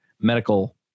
medical